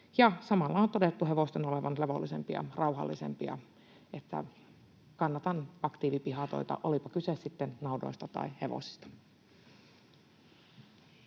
samalla on todettu hevosten olevan levollisempia ja rauhallisempia. Kannatan aktiivipihatoita, olipa kyse sitten naudoista tai hevosista.